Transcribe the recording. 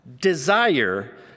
desire